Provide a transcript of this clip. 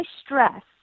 stress